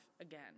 again